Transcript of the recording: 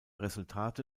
resultate